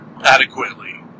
adequately